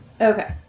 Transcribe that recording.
Okay